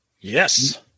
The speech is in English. Yes